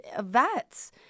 vets